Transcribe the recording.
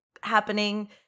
happening